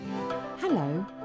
Hello